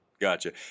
gotcha